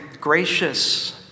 gracious